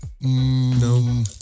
No